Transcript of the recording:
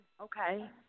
Okay